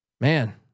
man